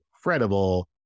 incredible